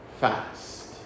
fast